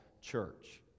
church